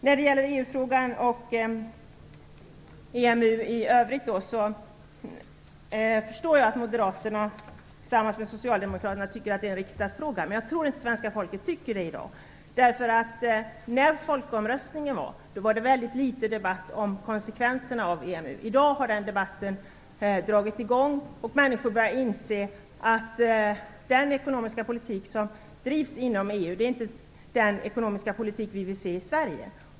När det gäller EU-frågan och EMU i övrigt förstår jag att moderaterna tillsammans med socialdemokraterna tycker att det är en riksdagsfråga, men jag tror inte att svenska folket tycker det i dag. Vid folkomröstningen var det väldigt litet debatt om konsekvenserna av EMU. I dag har den debatten dragit i gång, och människor börjar inse att den ekonomiska politik som drivs inom EU inte är den vi vill se i Sverige.